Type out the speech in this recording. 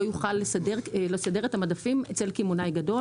יכול לסדר את המדפים אצל קמעונאי גדול.